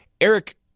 Eric